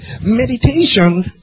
Meditation